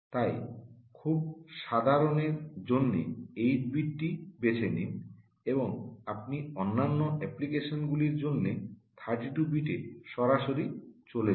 তাই খুব সাধারণের জন্য 8 বিট টি বেছে নিন এবং আপনি অন্যান্য অ্যাপ্লিকেশন গুলির জন্য 32 বিটে সরাসরি চলে যান